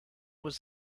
was